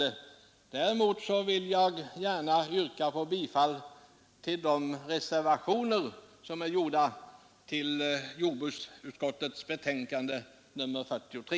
Däremot vill jag yrka bifall till de reservationer som är fogade vid jordbruksutskottets betänkande nr 43.